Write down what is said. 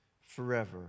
forever